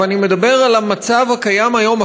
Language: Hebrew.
ואני מדבר על המצב הקיים היום,